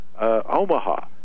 Omaha